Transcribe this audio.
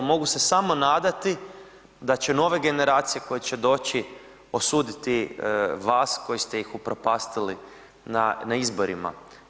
Mogu se samo nadati da će nove generacije koje će doći osuditi vas koji ste ih upropastili na izborima.